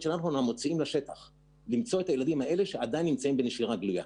שלנו כדי למצוא את הילדים שעדיין שנמצאים בנשירה גלויה.